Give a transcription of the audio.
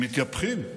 הם מתייפחים,